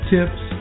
Tips